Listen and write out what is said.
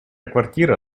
квартира